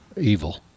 evil